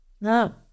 No